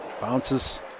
bounces